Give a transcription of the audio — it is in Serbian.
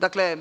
Dakle,